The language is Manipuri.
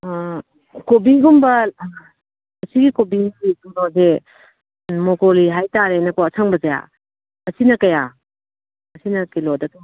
ꯀꯣꯕꯤꯒꯨꯝꯕ ꯁꯤꯒꯤ ꯀꯣꯕꯤ ꯀꯩꯅꯣꯁꯦ ꯕ꯭ꯔꯣꯀꯣꯂꯤ ꯍꯥꯏꯕ ꯇꯥꯔꯦꯅꯦꯀꯣ ꯑꯁꯪꯕꯁꯦ ꯑꯁꯤꯅ ꯀꯌꯥ ꯑꯁꯤꯅ ꯀꯤꯂꯣꯗ ꯀꯌꯥ